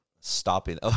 stopping